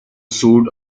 sued